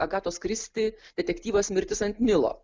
agatos kristi detektyvas mirtis ant nilo